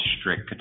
strict